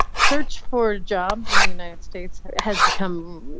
search for jobs in the united states has become